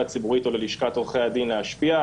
הציבורית או ללשכת עורכי הדין להשפיע.